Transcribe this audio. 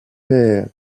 père